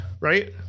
right